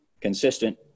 consistent